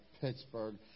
Pittsburgh